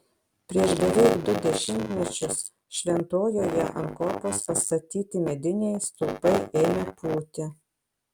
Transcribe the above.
prieš beveik du dešimtmečius šventojoje ant kopos pastatyti mediniai stulpai ėmė pūti